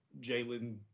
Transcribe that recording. Jalen